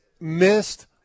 missed